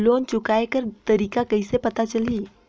Loan चुकाय कर तारीक कइसे पता चलही?